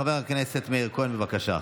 חבר הכנסת מאיר כהן, בבקשה.